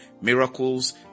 miracles